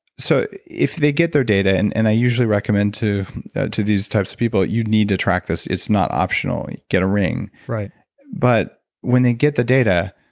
so if they get their data, and and i usually recommend to to these types of people, you need to track this. it's not optional. get a ring. but when they get the data,